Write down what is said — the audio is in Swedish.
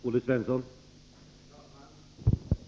Herr talman!